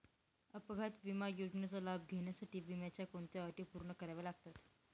अपघात विमा योजनेचा लाभ घेण्यासाठी विम्याच्या कोणत्या अटी पूर्ण कराव्या लागतात?